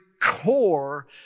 core